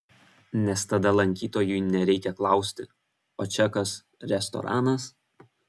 nes tada lankytojui nereikia klausti o čia kas restoranas